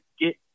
get